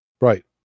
Right